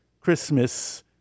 Christmas